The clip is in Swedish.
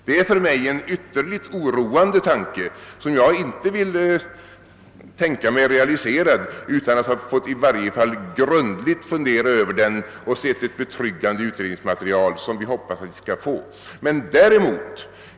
Detta är för mig en ytterligt oroande tanke, som jag inte vill tänka mig realiserad utan att ha fått i varje fall grundligt fundera över den och ha sett ett betryggande utredningsmaterial, som vi hoppas att vi skall erhålla.